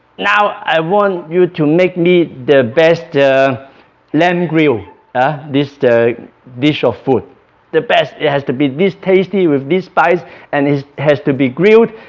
now, i want you to make me the best lamb grill ah this dish of food the best it has to be this tasty with this spice and it has to be grilled